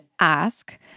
ask